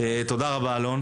תודה רבה, אלון.